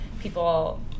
people